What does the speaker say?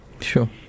sure